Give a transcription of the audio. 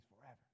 forever